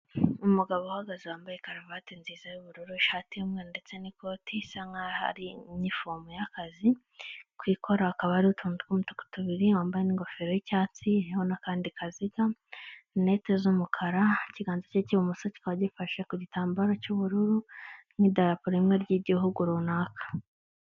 Umugabo uhagaze wambaye karuvati nziza y'ubururu, ishati y'urumwe ndetse n'ikoti isa n'aho hari inifomu y'akazi, ku ikora hakaba hari utuntu tw'umutuku tubiri, wambaye ingofero y'icyatsi iriho n'akandi kaziga, rinete z'umukara, ikiganza cye cy'ibumoso kikaba gifashe ku gitamba cy'ubururu n'idarakora rimwe ry'igihugu runaka.